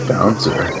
Bouncer